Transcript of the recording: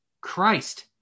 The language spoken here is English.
Christ